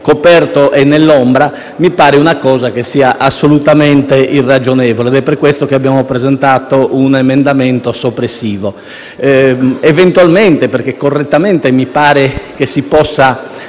coperto e nell'ombra, mi pare sia assolutamente irragionevole. Per questo motivo abbiamo presentato un emendamento soppressivo. Eventualmente - correttamente mi pare si possa